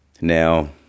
Now